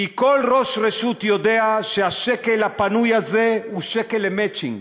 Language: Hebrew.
כי כל ראש רשות יודע שהשקל הפנוי הזה הוא שקל למצ'ינג.